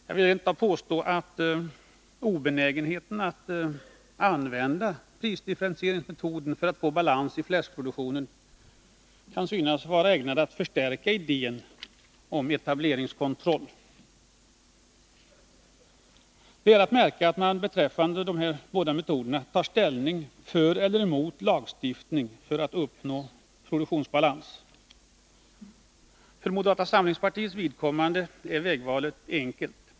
Jag vill rent av påstå att obenägenheten att använda prisdifferentieringsmetoden för att få balans i fläskproduktionen ibland kan synas vara ägnad att förstärka idén med etableringskontroll. Det är att märka att man beträffande de här båda metoderna tar ställning för eller emot lagstiftning för att uppnå produktionsbalans. För moderata samlingspartiets vidkommande är vägvalet enkelt.